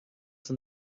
san